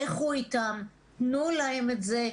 לכו איתם ותנו להם את זה,